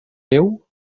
veu